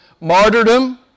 martyrdom